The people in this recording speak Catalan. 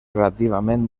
relativament